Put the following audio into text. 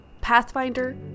Pathfinder